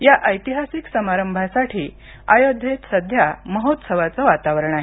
या ऐतिहासिक समारभासाठी अयोध्येत सध्या महोत्सवाचं वातावरण आहे